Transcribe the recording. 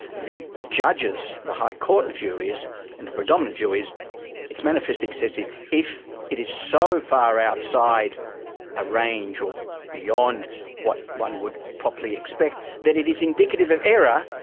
the judges, the high court view is and the predominant view is it's manifestly excessive if it is so far outside a range or beyond what one would properly expected that it is indicative of error,